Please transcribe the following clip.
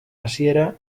hasiera